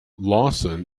lawson